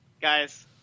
Guys